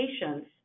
patient's